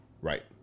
Right